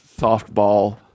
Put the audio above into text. softball